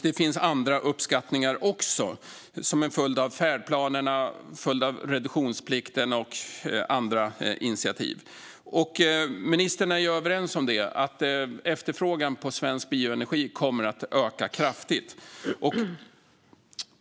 Det finns också andra uppskattningar som en följd av färdplanerna, reduktionsplikten och andra initiativ. Ministern och jag är överens om att efterfrågan på svensk bioenergi kommer att öka kraftigt.